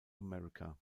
america